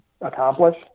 accomplish